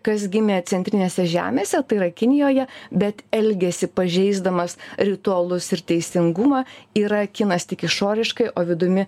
kas gimė centrinėse žemėse tai yra kinijoje bet elgiasi pažeisdamas ritualus ir teisingumą yra kinas tik išoriškai o vidumi